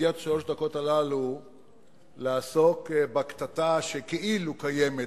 במסגרת שלוש הדקות האלה לעסוק בקטטה שכאילו קיימת,